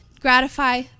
gratify